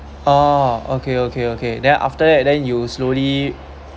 oh okay okay okay then after that then you slowly